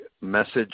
message